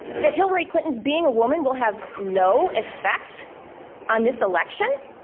that hillary clinton's being a woman will have no effect on this election?